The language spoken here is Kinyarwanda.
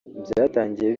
byatangiye